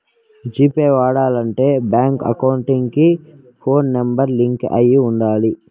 G pay వాడాలంటే bank account కి phone number link అయి ఉండాలి